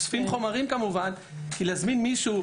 כמובן, אוספים חומרים.